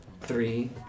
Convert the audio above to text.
three